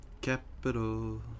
Capital